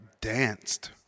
danced